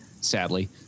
sadly